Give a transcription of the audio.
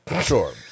Sure